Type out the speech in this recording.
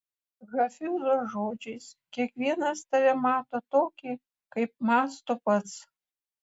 hafizo žodžiais kiekvienas tave mato tokį kaip mąsto pats